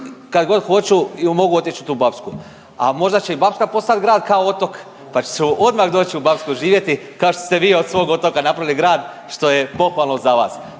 kad god hoću mogu otići u tu Bapsku. A možda će i Bapska postat grad kao Otok, pa ću odmah doći u Bapsku živjeti kao što ste vi od svog Otoka napravili grad što je pohvalno za vas.